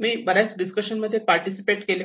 मी बऱ्याच डिस्कशन मध्ये पार्टिसिपेट केले